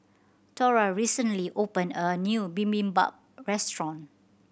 Thora recently opened a new Bibimbap Restaurant